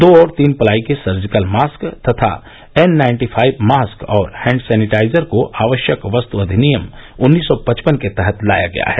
दो और तीन प्लाई के सर्जिकल मास्क तथा एन नाइन्टीफाइब मास्क और हैण्ड सैनिटाइजर को आवश्यक वस्त अधिनियम उन्नीस सौ पचपन के तहत लाया गया है